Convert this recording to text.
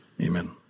Amen